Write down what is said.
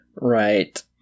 Right